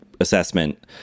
assessment